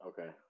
Okay